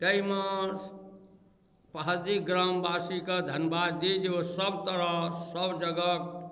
ताहिमे पोहदी ग्रामवासीकेँ धन्यवाद दी जे ओ सभतरह सभजगह